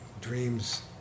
dreams